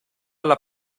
alla